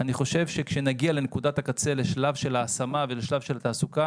אני חושב שכשנגיע לנקודת הקצה ולשלב של ההשמה והתעסוקה,